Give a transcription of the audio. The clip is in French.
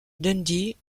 dundee